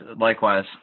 likewise